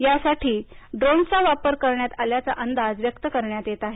यासाठी ड्रोन्सचा वापर करण्यात आल्याचा अंदाज व्यक्त करण्यात येत आहे